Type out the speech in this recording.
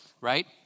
Right